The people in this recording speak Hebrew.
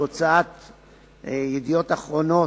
בהוצאת "ידיעות אחרונות",